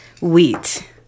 wheat